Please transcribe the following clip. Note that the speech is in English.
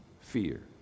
fear